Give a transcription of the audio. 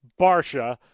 Barsha